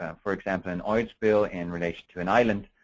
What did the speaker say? um for example, an oil spill in relation to an island,